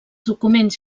documents